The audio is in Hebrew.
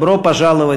(אומר מילים בשפה הרוסית),